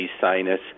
sinus